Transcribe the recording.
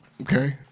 Okay